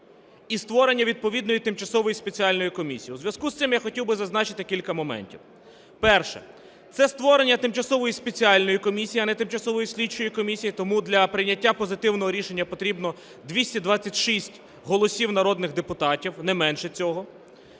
і створення відповідної тимчасової спеціальної комісії. У зв'язку з цим я хотів би зазначити кілька моментів. Перше – це створення тимчасової спеціальної комісії, а не тимчасової слідчої комісії. Тому для прийняття позитивного рішення потрібно 226 голосів народних депутатів, не менше цього.